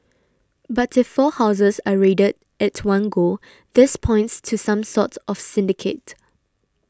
but if four houses are raided at one go this points to some sort of syndicate